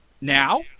Now